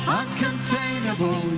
uncontainable